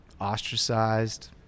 ostracized